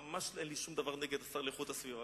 ממש אין לי שום דבר נגד השר להגנת הסביבה,